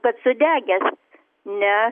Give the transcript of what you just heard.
kad sudegęs ne